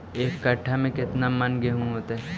एक कट्ठा में केतना मन गेहूं होतै?